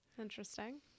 Interesting